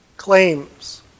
claims